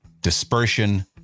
dispersion